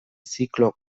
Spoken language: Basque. ziklo